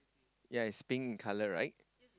ya is pink in colour right